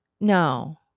No